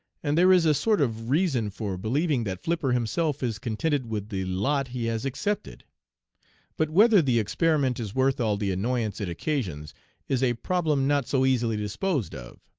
and there is a sort of reason for believing that flipper himself is contented with the lot he has accepted but whether the experiment is worth all the annoyance it occasions is a problem not so easily disposed of.